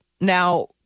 Now